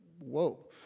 whoa